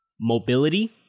mobility